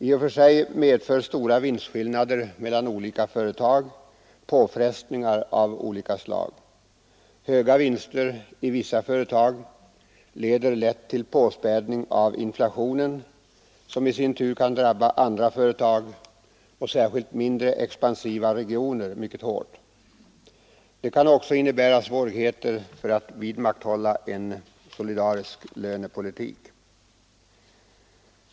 I och för sig medför stora vinstskillnader mellan olika företag påfrestningar av olika slag. Höga vinster i vissa företag leder lätt till påspädning av inflationen, som i sin tur kan drabba andra företag och särskilt mindre expansiva regioner mycket hårt. De kan också innebära svårigheter att vidmakthålla en solidarisk lönepolitik.